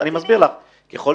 בואו